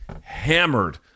hammered